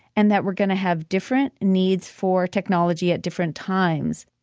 and that we're going to have different needs for technology at different times.